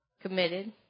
Committed